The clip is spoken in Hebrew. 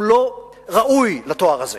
הוא לא ראוי לתואר הזה.